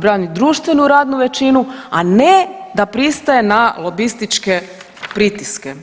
brani društvenu radnu većinu, a ne da pristaje na lobističke pritiske.